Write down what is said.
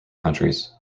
countries